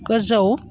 गोजौ